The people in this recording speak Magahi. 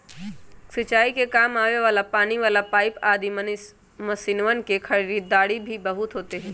सिंचाई के काम आवे वाला पानी वाला पाईप आदि मशीनवन के खरीदारी भी बहुत होते हई